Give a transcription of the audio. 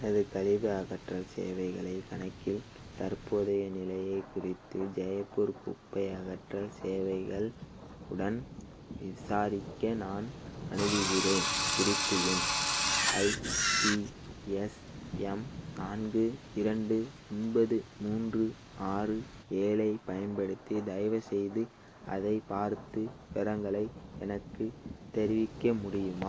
எனது கழிவு அகற்றல் சேவைகளை கணக்கின் தற்போதைய நிலையைக் குறித்து ஜெயப்பூர் குப்பை அகற்றல் சேவைகள் உடன் விசாரிக்க நான் அணுகுகிறேன் குறிப்பு எண் ஐபிஎஸ்எம் நான்கு இரண்டு ஒன்பது மூன்று ஆறு ஏழைப் பயன்படுத்தி தயவுசெய்து அதைப் பார்த்து விவரங்களை எனக்குத் தெரிவிக்க முடியுமா